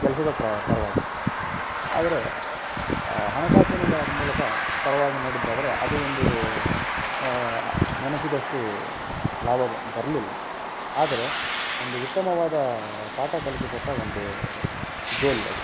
ಕೆಲಸದ ಪ್ರ ಪರವಾಗಿ ಆದರೆ ಹಣಕಾಸಿನ ಮೂಲಕ ಪರವಾಗಿ ನೋಡಿದ್ದಾದರೆ ಅದು ಒಂದು ನೆನೆಸಿದಷ್ಟು ಲಾಭ ಬರಲಿಲ್ಲ ಆದರೆ ಒಂದು ಉತ್ತಮವಾದ ಪಾಠ ಕಲಿಸಿ ಕೊಟ್ಟ ಒಂದು ಗೋಲ್ ಅದು